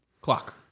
Clock